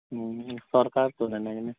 ହୁଁ ସରକାର ତ ନାଇ